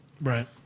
Right